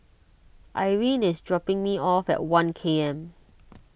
Irene is dropping me off at one K M